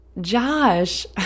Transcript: Josh